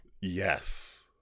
Yes